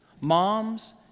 Moms